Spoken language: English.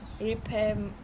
repair